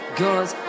guns